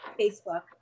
Facebook